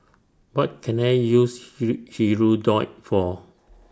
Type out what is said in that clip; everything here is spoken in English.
What Can I use Hirudoid For